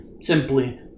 simply